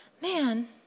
man